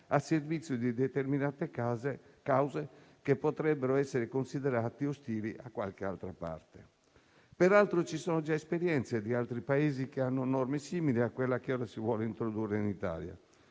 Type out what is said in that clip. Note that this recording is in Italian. a servizio di determinate cause che potrebbero essere considerate ostili a qualche altra parte. Peraltro ci sono già esperienze di altri Paesi che hanno norme simili a quella che ora si vuole introdurre in Italia.